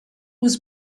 was